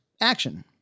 Action